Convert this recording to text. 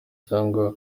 cyangwa